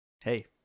Hey